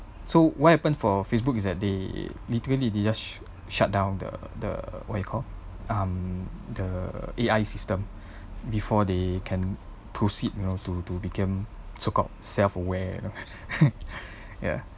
so what happenws for Facebook is that they literally they just shut down the the what you call um the A_I system before they can proceed you know to to become so called self-aware